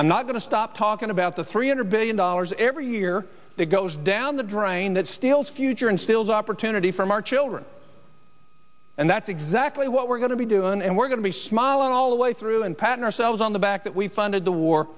i'm not going to stop talking about the three hundred billion dollars every year that goes down the drain that steals future instils opportunity from our children and that's exactly what we're going to be doing and we're going to be smiling all the way through and patting ourselves on the back that we funded the war